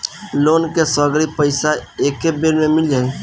Loan के सगरी पइसा एके बेर में मिल जाई?